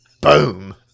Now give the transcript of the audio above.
boom